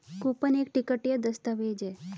coupon एक ticket या दस्तावेज़ है